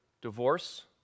divorce